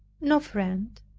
no friend,